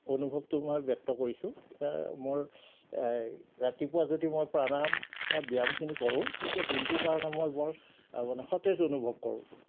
অনুভৱটো মই ব্যক্ত কৰিছোঁ মোৰ এই ৰাতিপুৱা যদি মই প্ৰাণায়াম বা ব্যায়ামখিনি কৰোঁ তেতিয়া দিনটোৰ কাৰণে মই বৰ মানে সতেজ অনুভৱ কৰোঁ